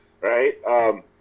right